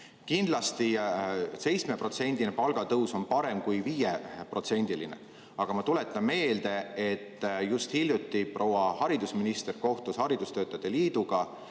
Kindlasti 7%‑line palgatõus on parem kui 5%‑line. Aga ma tuletan meelde, et just hiljuti proua haridusminister kohtus haridustöötajate liiduga.